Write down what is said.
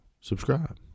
subscribe